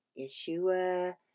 yeshua